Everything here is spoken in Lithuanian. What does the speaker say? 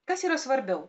kas yra svarbiau